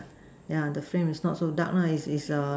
yeah the frame is not so dark lah is is a